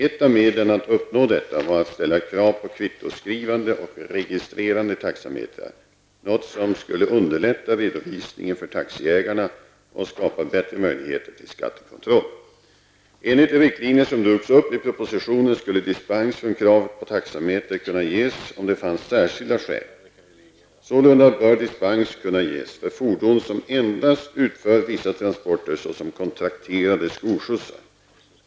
Ett av medlen att uppnå detta var att ställa krav på kvittoskrivande och registrerande taxametrar, något som skulle underlätta redovisningen för taxiägarna och skapa bättre möjligheter till skattekontroll. Enligt de riktlinjer som drogs upp i propositionen skulle dispens från kravet på taxametrar kunna ges om det fanns särskilda skäl. Sålunda bör dispens kunna ges för fordon som endast utför vissa transporter såsom kontrakterade skolskjutsar.